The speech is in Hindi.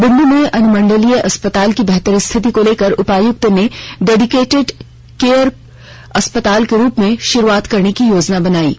बुंडू में अनुमंडलीय अस्पताल की बेहतर स्थिति को लेकर उपायुक्त ने डेडिकेटेड कोविड केयर अस्पताल के रूप में शुरुआत करने की योजना बनाई है